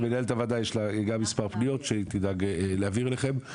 יש לה גם מספר פניות שהיא תדאג להעביר אליכם.